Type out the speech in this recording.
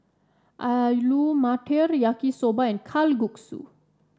Alu Matar Yaki Soba and Kalguksu